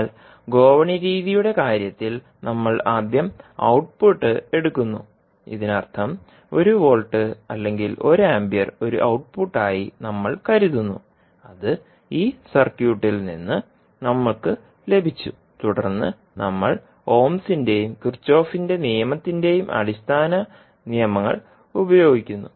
എന്നാൽ ഗോവണി രീതിയുടെ കാര്യത്തിൽ നമ്മൾ ആദ്യം ഔട്ട്പുട്ട് എടുക്കുന്നു ഇതിനർത്ഥം ഒരു വോൾട്ട് അല്ലെങ്കിൽ ഒരു ആമ്പിയർ ഒരു ഔട്ട്പുട്ടായി നമ്മൾ കരുതുന്നു അത് ഈ സർക്യൂട്ടിൽ നിന്ന് നമുക്ക് ലഭിച്ചു തുടർന്ന് നമ്മൾ ഓംസിന്റെയും കിർചോഫിന്റെ നിയമത്തിന്റെയും അടിസ്ഥാന നിയമങ്ങൾ ഉപയോഗിക്കുന്നു